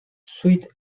sweet